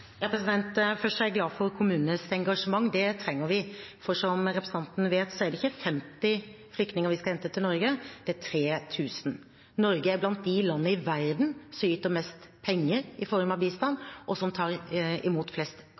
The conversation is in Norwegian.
Først er jeg glad for kommunenes engasjement. Det trenger vi, for som representanten vet, er det ikke 50 flyktninger vi skal hente til Norge, det er 3 000. Norge er blant de land i verden som yter mest penger i form av bistand, og som tar imot flest